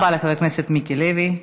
תודה רבה לחבר הכנסת מיקי לוי.